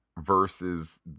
versus